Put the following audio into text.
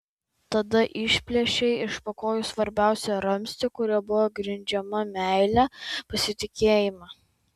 tada išplėšei iš po kojų svarbiausią ramstį kuriuo buvo grindžiama meilė pasitikėjimą